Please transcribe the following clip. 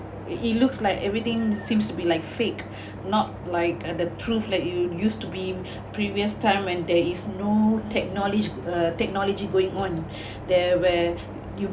it looks like everything seems to be like fake not like at the truth like you used to be previous time when there is no technology the technology going on there where you